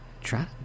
try